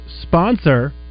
sponsor